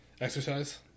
exercise